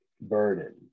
burden